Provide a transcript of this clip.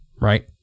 right